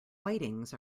whitings